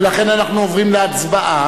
ולכן אנחנו עוברים להצבעה.